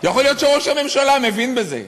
יכול להיות שראש הממשלה מבין בזה.